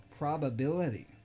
Probability